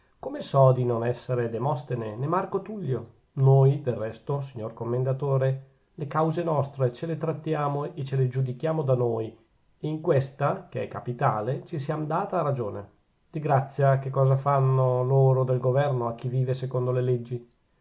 come so di non esser demostene nè marco tullio noi del resto signor commendatore le cause nostre ce le trattiamo e ce le giudichiamo da noi e in questa che è capitale ci siam data ragione di grazia che cosa fanno loro del governo a chi vive secondo le leggi